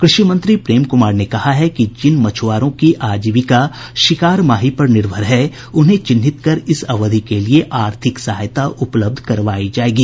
कृषि मंत्री प्रेम कुमार ने कहा है कि जिन मछुआरों की आजीविका शिकार माही पर निर्भर है उन्हें चिन्हित कर इस अवधि के लिये आर्थिक सहायता उपलब्ध करवायी जायेगी